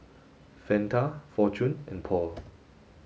Fanta Fortune and Paul